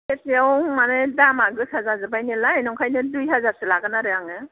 सेरसेयाव माने दामआ गोसा जाजोब्बाय नालाय ओंखायनो दुइ हाजारसो लागोन आरो आङो